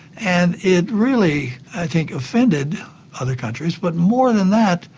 and it really i think offended other countries. but more than that,